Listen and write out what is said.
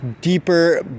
deeper